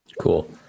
Cool